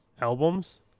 albums